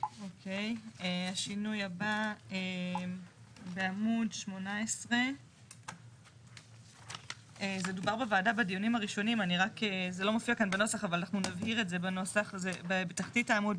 השינוי הבא הוא בעמוד 18. בתחתית העמוד,